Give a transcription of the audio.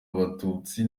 abatutsi